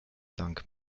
dank